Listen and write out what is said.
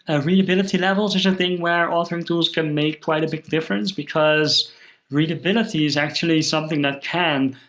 ah readability levels is a thing where authoring tools can make quite a big difference, because readability is actually something that can,